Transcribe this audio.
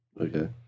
Okay